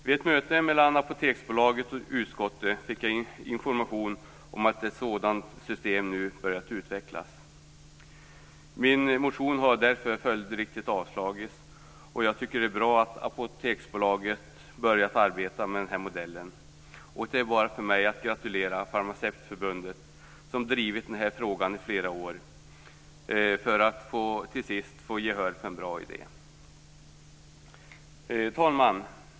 Vid ett möte mellan Apoteksbolaget och utskottet fick jag information om att ett sådant system nu börjat utvecklas. Min motion har därför följdriktigt avstyrkts. Det är bra att Apoteksbolaget har börjat arbeta med den här modellen, och det är bara för mig att gratulera Farmacevtförbundet, som drivit den här frågan i flera år och till sist har fått gehör för en bra idé. Herr talman!